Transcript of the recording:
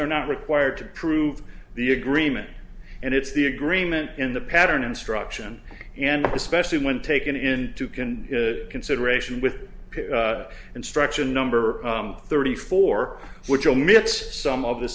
they're not required to prove the agreement and it's the agreement in the pattern instruction and especially when taken into can consideration with instruction number thirty four which omits some of the